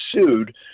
sued